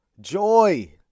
Joy